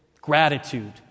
gratitude